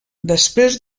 després